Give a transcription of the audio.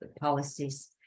policies